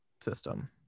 system